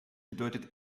bedeutet